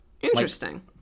interesting